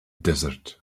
desert